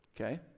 Okay